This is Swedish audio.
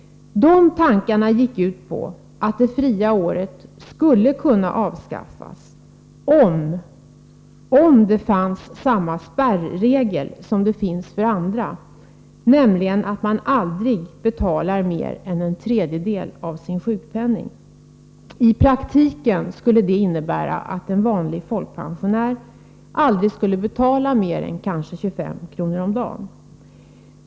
Tanken var att systemet med det fria året skulle kunna avskaffas, om det bara fanns en spärregel av det slag som gäller för andra — nämligen att man aldrig betalar mer än en tredjedel av sin sjukpenning. I praktiken skulle det innebära att en vanlig folkpensionär aldrig skulle betala mer än kanske 25 kr. om dagen.